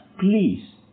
please